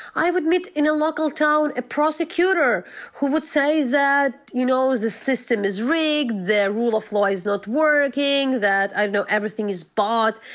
i would meet in a local town a prosecutor who would say that, you know, the system is rigged. the rule of law is not working. that i know everything is bought.